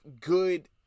good